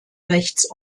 rechts